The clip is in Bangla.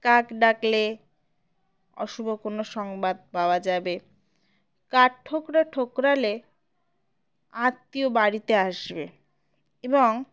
কাক ডাকলে অশুভ কোনো সংবাদ পাওয়া যাবে কাঠঠোকরা ঠোকরালে আত্মীয় বাড়িতে আসবে এবং